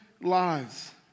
lives